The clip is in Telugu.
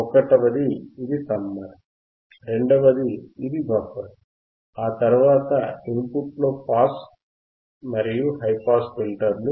ఒకటవది ఇది సమ్మర్ రెండవది ఇది బఫర్ ఆ తరువాత ఇన్ పుట్ లో పాస్ మరియు హైపాస్ ఫిల్టర్లు